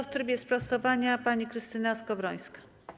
W trybie sprostowania pani poseł Krystyna Skowrońska.